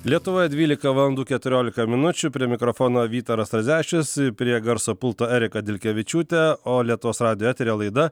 lietuvoje dvylika valandų keturiolika minučių prie mikrofono vytaras radzevičius prie garso pulto erika dilkevičiūtė o lietuvos radijo eteryje laida